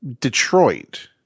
Detroit